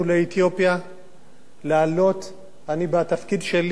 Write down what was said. אני בתפקיד שלי הייתי מגיע לאתיופיה